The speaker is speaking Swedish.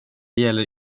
gäller